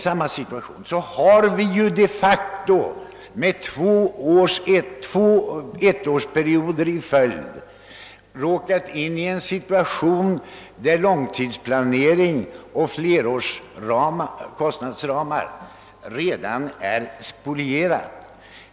Vi har alltså två år i följd råkat i situationen, att långtidsplanering och flerårsramar redan spolierats.